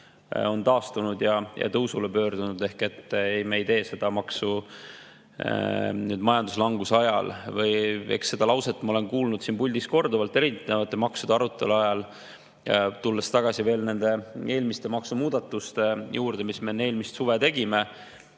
taastunud ja tõusule pöördunud, ehk me ei tee seda maksu majanduslanguse ajaks. Seda lauset ma olen kuulnud siin puldis korduvalt, erinevate maksude arutelu ajal. Tulen tagasi nende eelmiste maksumuudatuste juurde, mis me enne eelmist suve tegime.